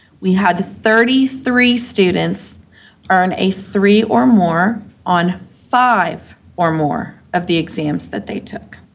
we had thirty three students earn a three or more on five or more of the exams that they took.